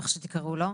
או איך שתקראו לו,